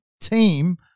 team